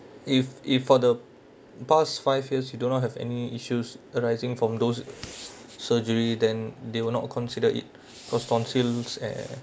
if if for the past five years you do not have any issues arising from those surgery then they will not consider it because tonsils eh